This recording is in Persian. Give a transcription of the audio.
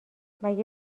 مگه